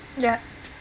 ya